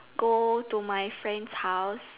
go to my friend's house